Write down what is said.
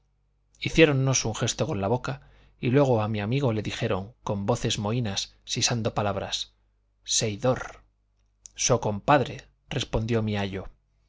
caballos hiciéronnos un gesto con la boca y luego a mi amigo le dijeron con voces mohínas sisando palabras seidor so compadre respondió mi ayo